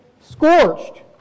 Scorched